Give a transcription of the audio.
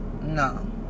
No